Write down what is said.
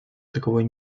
таковой